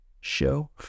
show